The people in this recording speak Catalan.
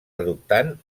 adoptant